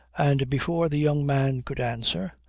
and before the young man could answer,